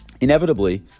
Inevitably